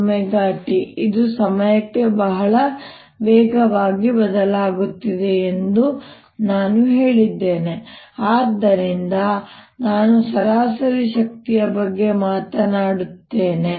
r ωt ಇದು ಸಮಯಕ್ಕೆ ಬಹಳ ವೇಗವಾಗಿ ಬದಲಾಗುತ್ತಿದೆ ಎಂದು ನಾನು ಹೇಳಿದ್ದೇನೆ ಆದ್ದರಿಂದ ನಾನು ಸರಾಸರಿ ಶಕ್ತಿಯ ಬಗ್ಗೆ ಮಾತನಾಡುತ್ತೇನೆ